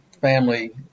family